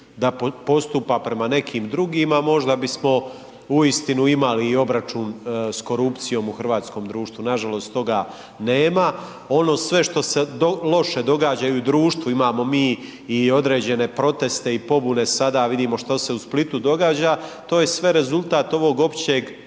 da postupa prema nekim drugima, možda bismo uistinu imali i obračun s korupcijom u hrvatskom društvu. Nažalost toga nema. Ono sve što se loše događa i u društvu imamo mi i određene proteste i pobune sada, vidimo što se u Splitu događa, to je sve rezultat ovog općeg